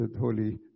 Holy